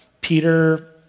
Peter